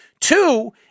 Two